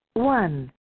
One